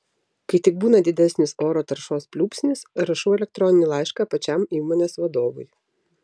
kai tik būna didesnis oro taršos pliūpsnis rašau elektroninį laišką pačiam įmonės vadovui